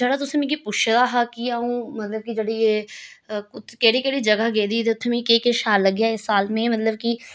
जेह्ड़ा तुसें मिगी पुच्छे दा हा कि अ'ऊं मतलब कि जेह्ड़ी एह् केह्ड़ी केह्ड़ी जगह् गेदी ही ते उत्थें मिगी केह् केह् शैल लग्गेआ इस साल मीं मतलब कि